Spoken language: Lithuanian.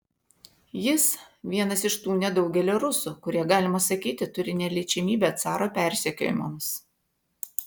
jis vienas iš tų nedaugelio rusų kurie galima sakyti turi neliečiamybę caro persekiojimams